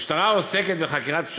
המשטרה עוסקת בחקירת פשעים,